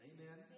Amen